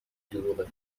دروغه